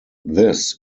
this